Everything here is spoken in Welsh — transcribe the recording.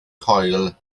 coil